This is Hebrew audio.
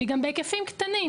והיא גם בהיקפים קטנים